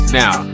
now